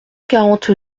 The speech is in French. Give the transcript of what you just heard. quarante